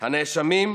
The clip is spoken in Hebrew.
הנאשמים: